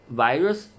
virus